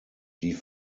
die